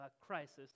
crisis